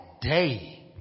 day